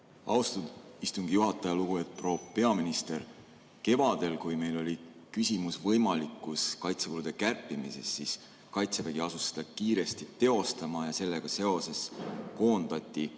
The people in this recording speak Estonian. Austatud istungi juhataja! Lugupeetud proua peaminister! Kevadel, kui oli küsimus võimalikus kaitsekulude kärpimises, siis Kaitsevägi asus seda kiiresti teostama ja sellega seoses koondati